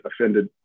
offended